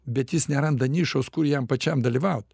bet jis neranda nišos kur jam pačiam dalyvaut